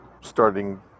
starting